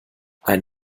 ein